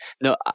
No